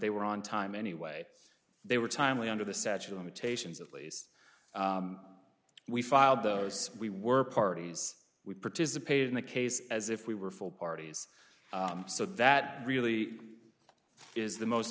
they were on time anyway they were timely under the statute of limitations at least we filed those we were parties we participated in the case as if we were full parties so that really is the most